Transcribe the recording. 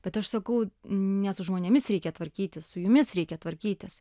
bet aš sakau ne su žmonėmis reikia tvarkytis su jumis reikia tvarkytis